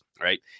Right